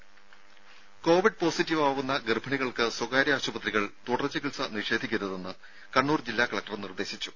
രും കോവിഡ് പോസിറ്റീവാകുന്ന ഗർഭിണികൾക്ക് സ്വകാര്യ ആശുപത്രികൾ തുടർ ചികിത്സ നിഷേധിക്കരുതെന്ന് കണ്ണൂർ ജില്ലാ കലക്ടർ നിർദ്ദേശിച്ചു